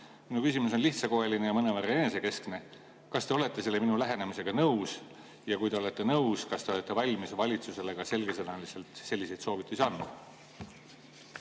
Minu küsimus on lihtsakoeline ja mõnevõrra enesekeskne: kas te olete minu lähenemisega nõus? Ja kui te olete nõus, siis kas te olete valmis valitsusele selgesõnaliselt selliseid soovitusi andma?